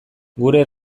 gure